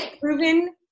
Proven